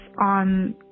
on